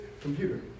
computer